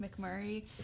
McMurray